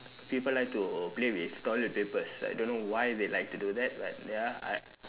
people like to play with toilet papers I don't know why they like to do that but ya I